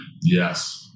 yes